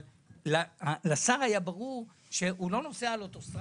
אבל לשר היה ברור שהוא לא נוסע על אוטוסטרדה,